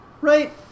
Right